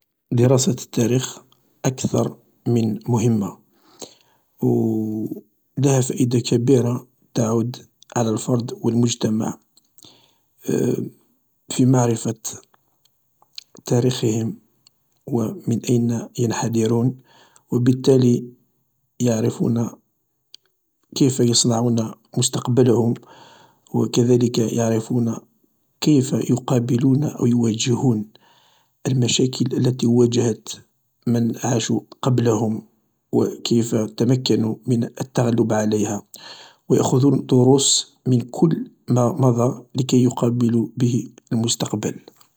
دراسة التاريخ أكثر من مهمة و لها فائدة كبيرة تعود على الفرد و المجتمع في معرفة تاريخهم و من أين ينحدرون و بالتالي يعرفون كيف يصنعون مستقبلهم و كذلك يعرفون كيف يقابلون أو يواجهون المشاكل التي واجهت من عاشو فبلهن و كيف تمكنو من التغلب عليها و يأخذون الدروس من كل ما مضى لكي يقابلوا به المستقبل.